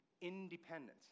independence